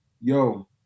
Yo